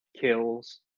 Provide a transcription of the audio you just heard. kills